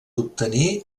obtenir